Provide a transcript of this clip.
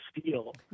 steel